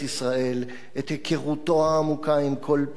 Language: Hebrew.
את היכרותו העמוקה עם כל פינה בארץ,